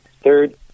Third